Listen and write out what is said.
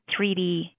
3D